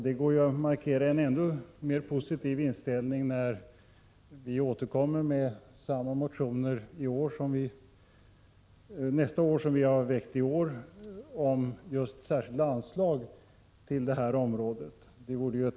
Det går att markera en än mer positiv inställning, när vi nästa år återkommer med samma motioner som vi har väckt i år om just särskilda anslag till detta område.